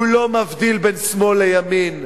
הוא לא מבדיל בין שמאל לימין.